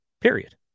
period